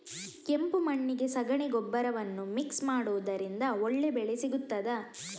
ಕೆಂಪು ಮಣ್ಣಿಗೆ ಸಗಣಿ ಗೊಬ್ಬರವನ್ನು ಮಿಕ್ಸ್ ಮಾಡುವುದರಿಂದ ಒಳ್ಳೆ ಬೆಳೆ ಸಿಗುತ್ತದಾ?